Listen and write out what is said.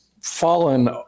fallen